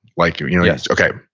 like, you know, yes okay.